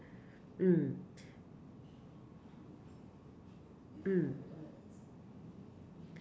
mm mm